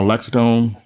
laxatone,